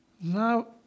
Now